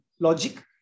logic